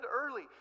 early